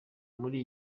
muri